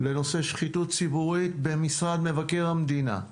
לנושא שחיתות ציבורית במשרד מבקר המדינה,